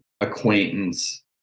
acquaintance